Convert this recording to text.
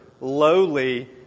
lowly